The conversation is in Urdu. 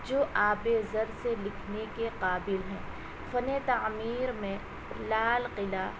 جو آب زر سے لکھنے کے قابل ہیں فن تعمیر میں لال قلعہ